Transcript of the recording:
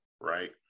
right